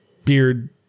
Beard